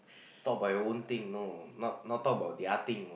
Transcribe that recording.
talk about your own thing you know not not talk about the other thing